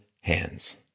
hands